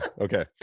Okay